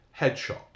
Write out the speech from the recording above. headshot